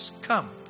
Come